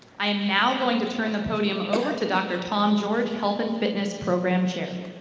i am now going to turn the podium over to dr. tom george, health and fitness program chair.